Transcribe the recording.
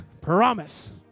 promise